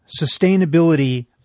sustainability